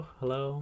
hello